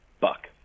Buck